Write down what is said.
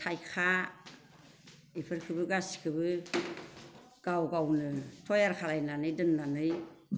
थाइखा इफोरखोबो गासिखोबो गाव गावनो थयार खालायनानै दोननानै